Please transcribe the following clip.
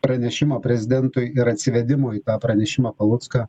pranešimo prezidentui ir atsivedimo į tą pranešimą palucką